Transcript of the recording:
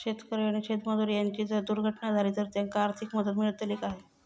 शेतकरी आणि शेतमजूर यांची जर दुर्घटना झाली तर त्यांका आर्थिक मदत मिळतली काय?